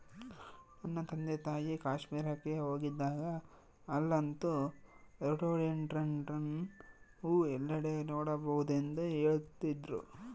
ನನ್ನ ತಂದೆತಾಯಿ ಕಾಶ್ಮೀರಕ್ಕೆ ಹೋಗಿದ್ದಾಗ ಅಲ್ಲಂತೂ ರೋಡೋಡೆಂಡ್ರಾನ್ ಹೂವು ಎಲ್ಲೆಡೆ ನೋಡಬಹುದೆಂದು ಹೇಳ್ತಿದ್ರು